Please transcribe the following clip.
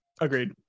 Agreed